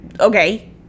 Okay